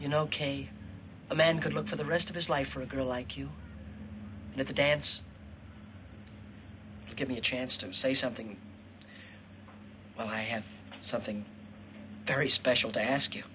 you know ok a man could look for the rest of his life for a girl like you at the dance or give me a chance to say something when i have something very special to ask you